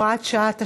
הוראת שעה),